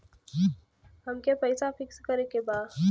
अमके पैसा फिक्स करे के बा?